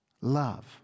Love